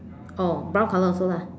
oh brown color also lah